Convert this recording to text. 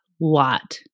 lot